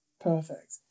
perfect